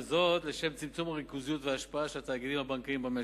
וזאת לשם צמצום הריכוזיות וההשפעה של התאגידים הבנקאיים במשק.